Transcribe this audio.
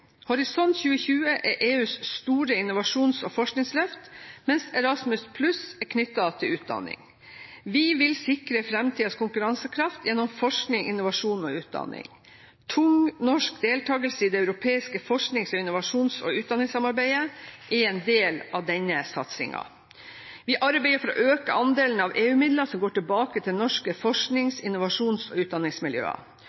Horisont 2020 er EUs store innovasjons- og forskningsløft, mens Erasmus+ er knyttet til utdanning. Vi vil sikre framtidens konkurransekraft gjennom forskning, innovasjon og utdanning. Tung norsk deltakelse i det europeiske forsknings-, innovasjons- og utdanningssamarbeidet er en del av denne satsingen. Vi arbeider for å øke andelen EU-midler som går tilbake til norske